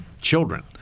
children